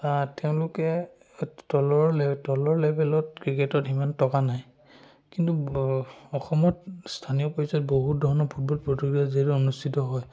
তেওঁলোকে তলৰ লে তলৰ লেভেলত ক্ৰিকেটত সিমান টকা নাই কিন্তু অসমত স্থানীয় পৰ্যায়ত বহুত ধৰণৰ ফুটবল প্ৰতিযোগিতা যিহেতু অনুষ্ঠিত হয়